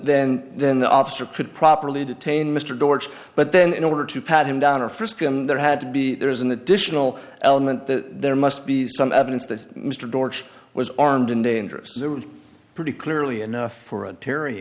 then then the officer could properly detain mr dortch but then in order to pat him down or frisk him there had to be there is an additional element that there must be some evidence that mr dortch was armed and dangerous there was pretty clearly enough for a terry